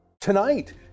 Tonight